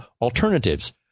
alternatives